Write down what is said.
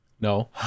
No